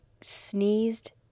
sneezed